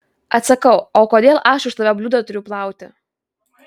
atsakau o kodėl aš už tave bliūdą turiu plauti